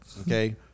Okay